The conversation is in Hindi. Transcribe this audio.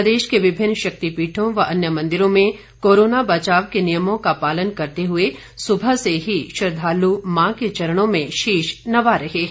प्रदेश के विभिन्न शक्तिपीठों व अन्य मंदिरों में कोरोना बचाव के नियमों का पालन करते हुए सुबह से ही श्रद्धालु मां के चरणों में शीश नवा रहे हैं